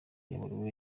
yaburiwe